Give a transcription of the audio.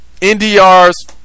NDR's